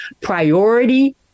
priority